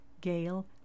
Gail